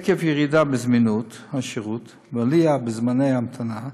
עקב ירידה בזמינות השירות ועלייה בזמני המתנה,